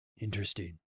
Interesting